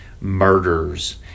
Murders